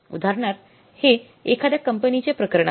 उदाहरणार्थ हे एखाद्या कंपनीचे प्रकरण आहे